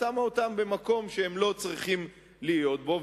ושמה אותם במקום שהם לא צריכים להיות בו.